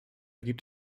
gibt